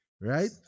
right